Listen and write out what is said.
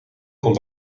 kon